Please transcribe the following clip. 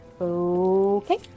Okay